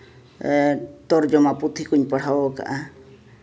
ᱛᱚᱨᱡᱚᱢᱟ ᱯᱩᱛᱷᱤ ᱠᱚᱧ ᱯᱟᱲᱦᱟᱣ ᱠᱟᱜᱼᱟ